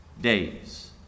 days